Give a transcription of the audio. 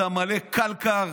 אתה מלא קלקר.